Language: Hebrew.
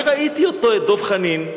אני ראיתי אותו, את דב חנין,